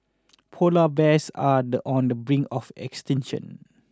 polar bears are the on the brink of extinction